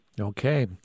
Okay